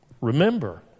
Remember